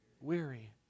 Weary